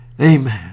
Amen